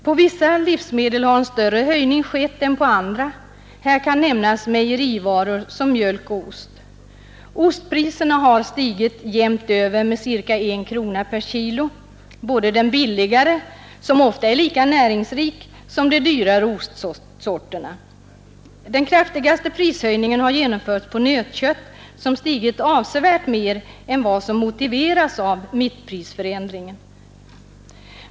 På vissa livsmedel har en större höjning skett än på andra. Här kan nämnas mejerivaror som mjölk och ost. Ostpriserna har stigit jämnt över med ca 1 krona per kilo, både de billigare — som ofta är lika näringsrika — och de dyrare ostsorterna. Den kraftigaste prishöjningen har genomförts på nötkött, som har stigit avsevärt mer än vad som motiveras av mittprisförändringen.